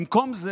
במקום זה,